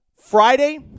Friday